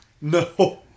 No